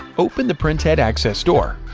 open the printhead access door.